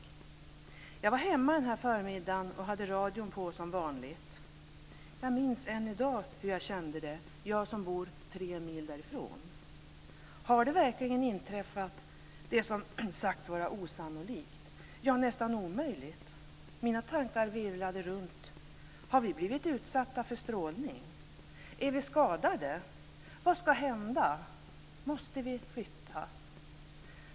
Jag var hemma denna förmiddag och hade radion på som vanligt. Jag minns än i dag hur jag kände det - jag som bor tre mil därifrån: Har det verkligen inträffat, det som sagts vara osannolikt, ja, nästan omöjligt? Mina tankar virvlade runt: Har vi blivit utsatta för strålning? Är vi skadade? Vad ska hända? Måste vi flytta?